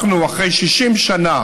אנחנו, אחרי 60 שנה